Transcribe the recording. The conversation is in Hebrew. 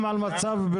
גם וגם.